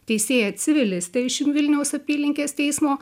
teisėją civilistę iš vilniaus apylinkės teismo